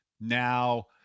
Now